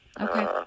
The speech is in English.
Okay